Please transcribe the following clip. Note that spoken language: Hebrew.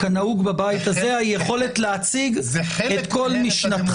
כנהוג בבית הזה, היכולת להציג את כל משנתך.